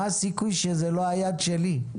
מה הסיכוי שזה לא היד שלי?